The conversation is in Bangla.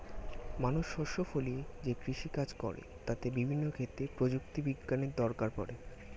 মানুষ শস্য ফলিয়ে যেই কৃষি কাজ করে তাতে বিভিন্ন ক্ষেত্রে প্রযুক্তি বিজ্ঞানের দরকার পড়ে